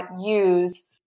use